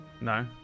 No